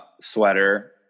sweater